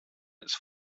its